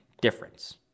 difference